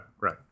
right